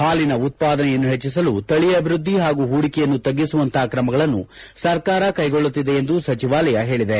ಹಾಲಿನ ಉತ್ಪಾದನೆಯನ್ನು ಪೆಜ್ಜಿಸಲು ತಳಿ ಅಭಿವೃದ್ಧಿ ಹಾಗೂ ಪೂಡಿಕೆಯನ್ನು ತಗ್ಗಿಸುವಂತಪ ಕ್ರಮಗಳನ್ನು ಸರ್ಕಾರ ಕೈಗೊಳ್ಳುತ್ತಿದೆ ಎಂದು ಸಚಿವಾಲಯ ಹೇಳಿದೆ